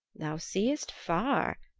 thou seest far,